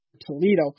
Toledo